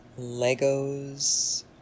Legos